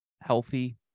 healthy